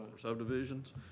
subdivisions